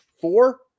Four